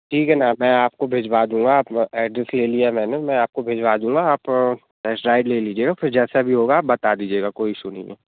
ठीक है ना मैं आपको भिजवा दूंगा आपका एड्रेस ले लिया मैंने मैं आपको भिजवा दूंगा आप टेस्ट ड्राइव ले लीजिएगा फिर जैसा भी होगा बता दीजिएगा कोई इशू नहीं है